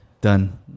done